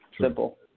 simple